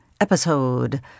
episode